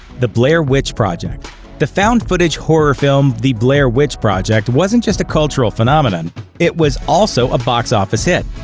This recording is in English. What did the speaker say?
the blair witch project the found-footage horror film the blair witch project wasn't just a cultural phenomenon it was also a box office hit.